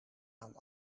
aan